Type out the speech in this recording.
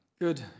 Good